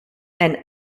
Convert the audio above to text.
and